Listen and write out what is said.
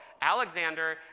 Alexander